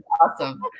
awesome